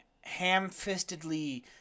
ham-fistedly